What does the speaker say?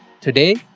Today